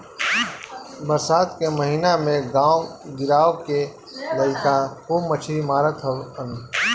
बरसात के महिना में गांव गिरांव के लईका खूब मछरी मारत हवन